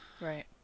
right